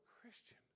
Christian